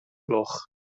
gloch